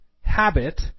habit